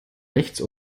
rechts